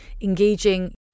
engaging